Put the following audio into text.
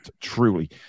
truly